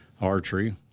archery